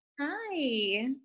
Hi